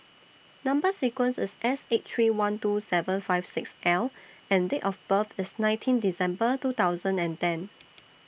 Number sequence IS S eight three one two seven five six L and Date of birth IS nineteen December two thousand and ten